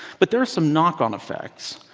but there are some knock on effects.